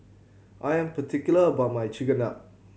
I am particular about my Chigenabe